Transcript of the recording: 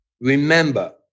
remember